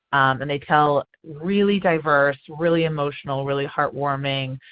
and they tell really diverse, really emotional, really heartwarming,